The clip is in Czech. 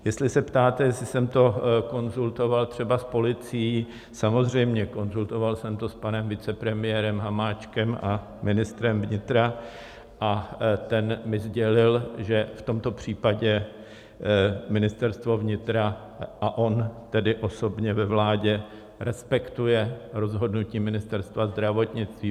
Jestli se ptáte, jestli jsem to konzultoval třeba s policií, samozřejmě, konzultoval jsem to s panem vicepremiérem Hamáčkem a ministrem vnitra a ten mi sdělil, že v tomto případě Ministerstvo vnitra, a on tedy osobně ve vládě, respektuje rozhodnutí Ministerstva zdravotnictví.